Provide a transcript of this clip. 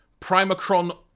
primacron